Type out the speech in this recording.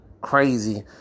crazy